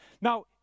Now